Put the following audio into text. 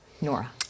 Nora